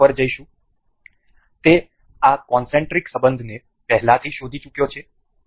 આપણે મેટ પર જઈશું તે આ કોન્સેન્ટ્રીક્ સંબંધને પહેલાથી શોધી ચૂક્યો છે